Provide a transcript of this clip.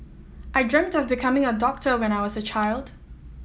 I dreamt of becoming a doctor when I was a child